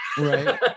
right